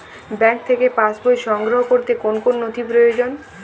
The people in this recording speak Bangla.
ব্যাঙ্ক থেকে পাস বই সংগ্রহ করতে কোন কোন নথি প্রয়োজন?